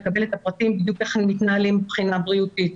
לקבל את הפרטים בדיוק איך הם מתנהלים מבחינה בריאותית.